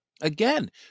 again